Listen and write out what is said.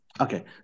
Okay